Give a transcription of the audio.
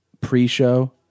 pre-show